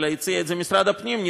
אלא משרד הפנים הציע את זה,